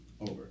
Over